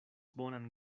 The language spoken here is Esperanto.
bonan